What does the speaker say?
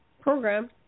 Program